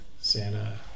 Santa